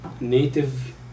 native